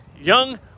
young